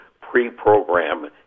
pre-program